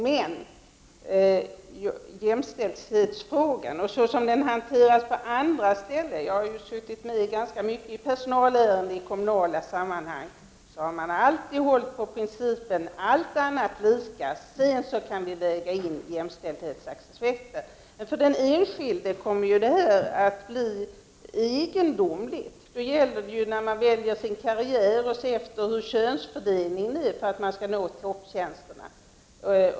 När det gäller hanteringen av jämställdhetsfrågan på andra ställen — jag har suttit med ganska mycket i personalärenden i kommunala sammanhang — har man alltid hållit på principen: allt annat lika, sedan kan vi väga in jämställdhetsaspekten. Den enskilde hamnar i en egendomlig situation. När man väljer vilken karriär man vill ägna sig åt, måste man se efter hur könsfördelningen är, om man skall kunna nå topptjänsterna.